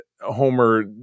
Homer